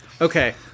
Okay